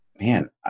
Man